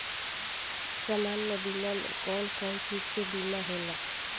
सामान्य बीमा में कवन कवन चीज के बीमा होला?